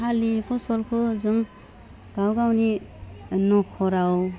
हालि फसलखौ जों गाव गावनि नख'राव